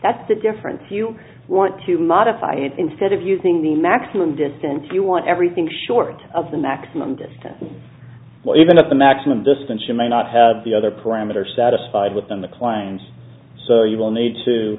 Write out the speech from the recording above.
that's the difference if you want to modify it instead of using the maximum distance you want everything short of the maximum distance well even if the maximum distance you may not have the other parameter satisfied within the clients so you will need to